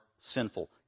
sinful